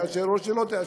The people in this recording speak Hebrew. או שתאשר או שלא תאשר.